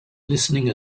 listening